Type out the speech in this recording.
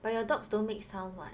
but your dogs don't make sound [what]